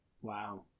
Wow